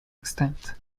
extent